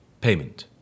Payment